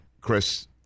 Chris